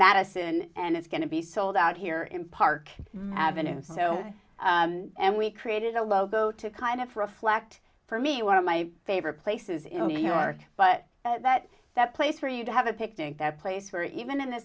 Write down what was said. madison and it's going to be sold out here in park avenue so and we created a logo to kind of reflect for me one of my favorite places in new york but that that place for you to have a picnic that place where even in